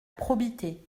probité